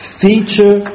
feature